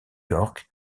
york